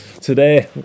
today